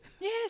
yes